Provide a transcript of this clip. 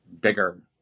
bigger